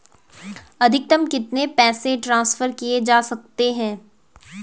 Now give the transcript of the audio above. अधिकतम कितने पैसे ट्रांसफर किये जा सकते हैं?